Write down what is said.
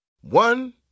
One